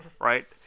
right